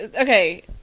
Okay